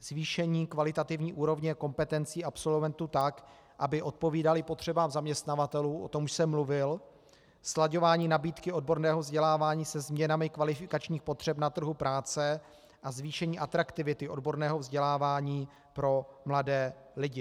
zvýšení kvalitativní úrovně kompetencí absolventů tak, aby odpovídaly potřebám zaměstnavatelů, o tom už jsem mluvil, slaďování nabídky odborného vzdělávání se změnami kvalifikačních potřeb na trhu práce a zvýšení atraktivity odborného vzdělávání pro mladé lidi.